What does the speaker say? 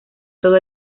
todo